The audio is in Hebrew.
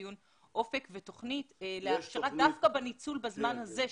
אופק תוכנית דווקא בניצול בזמן הזה.